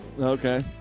Okay